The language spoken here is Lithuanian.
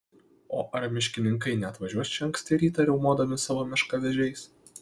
o ar miškininkai neatvažiuos čia anksti rytą riaumodami savo miškavežiais